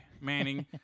Manning